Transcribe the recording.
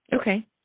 Okay